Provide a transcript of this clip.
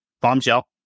bombshell